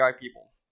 people